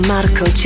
Marco